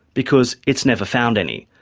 because it's never found any.